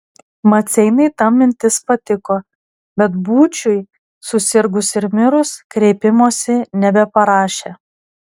maceinai ta mintis patiko bet būčiui susirgus ir mirus kreipimosi nebeparašė